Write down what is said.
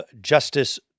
Justice